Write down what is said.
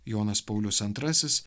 jonas paulius antrasis